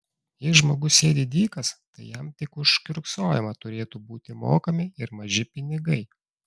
jei žmogus sėdi dykas tai jam tik už kiurksojimą turėtų būti mokami ir maži pinigai